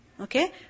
Okay